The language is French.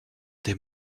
des